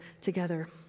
together